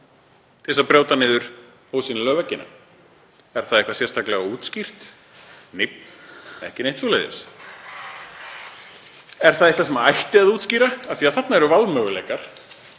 til að brjóta niður ósýnilegu veggina? Er það eitthvað sérstaklega útskýrt? Nei, ekkert svoleiðis? Er það eitthvað sem ætti að útskýra? Af því að þarna eru valmöguleikar,